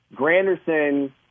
Granderson